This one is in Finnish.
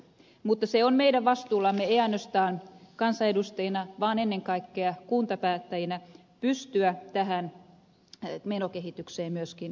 mutta on meidän vastuullamme ei ainoastaan kansanedustajina vaan ennen kaikkea kuntapäättäjinä pystyä tähän menokehitykseen myöskin puuttumaan